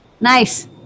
Nice